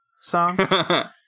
song